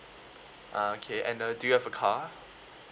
uh okay and uh do you have a car